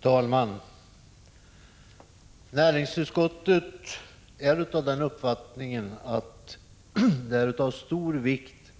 Herr talman! Näringsutskottet anser att det är av stor vikt